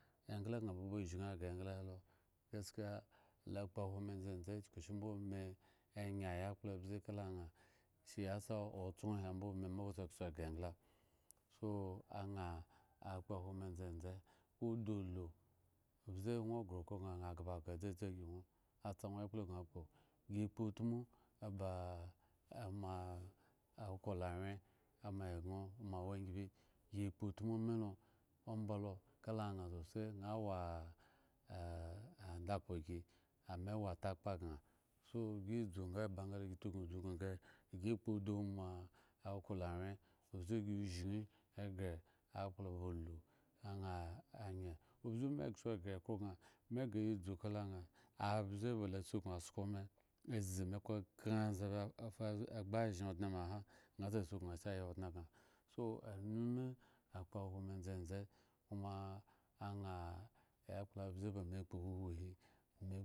Engla gŋa baba zhing aghre engla helo gaskeya lo kpoahwo me ndzendze chukushimbo me enye ayakplo abze kala ŋha shiyasa otson he mbo me mbo se kso ghre engla so aŋha akpoahwo me ndzendze udu ulu obze ŋwo ghre okhro gŋa aŋha ghbo agah dzadzi ygi ŋwo atsa ŋwo ekpla gŋo kpo. gi kpotmu aba amoa kolo wyen amoa egŋo aba wangibi gi kpotmu milo ombalo ka la ŋha tsotse ŋha wo ah andakhpo gi ame wo atakpa gŋa so gi dzu nga ba ngale tuknu dzubin kahe gi kpo udu moa okolawyen obze zhin eghre akplaba ulu aŋha anye obze me kso ghre okhro gŋa me ghre ya dzu kala ŋha obze ba suknu asko me azi me khekhren sa gbu ashen odŋe me ahan ŋha sa suknu ayi odŋe gŋa. so anumumi akpohwo me ndzendze koma aŋha aya kpla abze bame kpo huhuhi